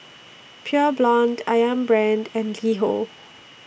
Pure Blonde Ayam Brand and LiHo